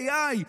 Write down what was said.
AI,